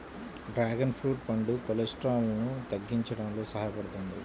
dragon fruit పండు కొలెస్ట్రాల్ను తగ్గించడంలో సహాయపడుతుంది